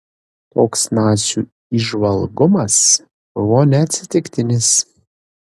toks nacių įžvalgumas buvo neatsitiktinis